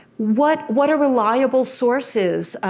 what what a reliable source is.